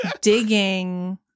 digging